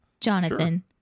Jonathan